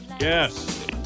Yes